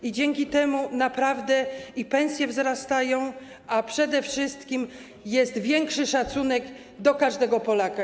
I dzięki temu naprawdę pensje wzrastają, a przede wszystkim jest większy szacunek do każdego Polaka.